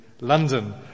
London